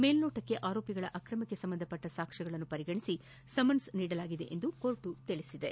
ಮೇಲ್ನೋಟಕ್ಕೆ ಆರೋಪಿಗಳ ಆಕ್ರಮಕ್ಕೆ ಸಂಬಂಧಿಸಿದ ಸಾಕ್ಷ್ಮಗಳನ್ನು ಪರಿಗಣಿಸಿ ಸಮನ್ನ್ ಜಾರಿಗೊಳಿಸಲಾಗಿದೆ ಎಂದು ನ್ಯಾಯಾಲಯ ತಿಳಿಸಿದೆ